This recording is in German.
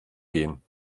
gehen